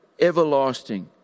everlasting